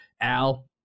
Al